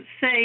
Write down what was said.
say